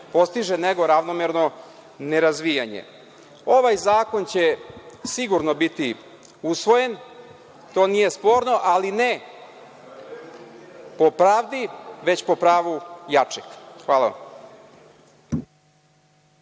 nego ravnomerno nerazvijanje. Ovaj zakon će sigurno biti usvojen. To nije sporno, ali ne po pravdi, već po pravu jačeg. Hvala.